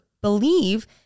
believe